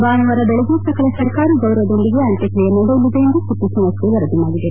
ಭಾನುವಾರ ಬೆಳಗ್ಗೆ ಸಕಲ ಸರ್ಕಾರಿ ಗೌರವಗಳೊಂದಿಗೆ ಅಂತ್ಯಕ್ತಿಯೆ ನಡೆಯಲಿದೆ ಎಂದು ಸುದ್ದಿ ಸಂಸ್ಕೆ ವರದಿ ಮಾಡಿದೆ